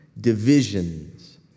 divisions